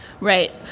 Right